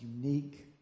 unique